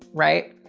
right.